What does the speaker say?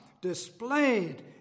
displayed